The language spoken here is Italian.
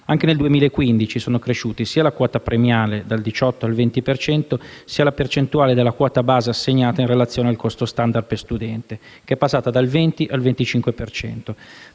Anche nel 2015 sono cresciute sia la quota premiale, dal 18 al 20 per cento, sia la percentuale della quota base assegnata in relazione al costo standard per studente, passata dal 20 al 25